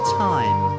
time